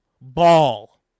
ball